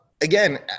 again